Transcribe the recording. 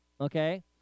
okay